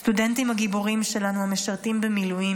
הסטודנטים הגיבורים שלנו המשרתים במילואים,